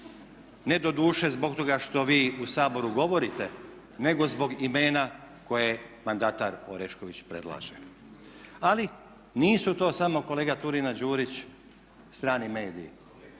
Ne doduše zbog toga što vi u Saboru govorite nego zbog imena koje mandatar Oreškovih predlaže. Ali nisu to samo kolegice Turina-Đurić strani mediji,